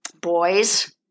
boys